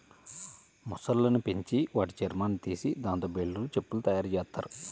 మొసళ్ళను పెంచి వాటి చర్మాన్ని తీసి దాంతో బెల్టులు, చెప్పులు తయ్యారుజెత్తారు